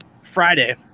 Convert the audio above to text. Friday